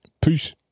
Peace